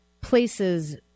places